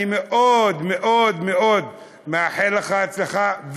אני מאוד מאוד מאוד מאחל לך הצלחה,